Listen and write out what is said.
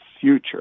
future